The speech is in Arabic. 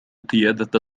قيادة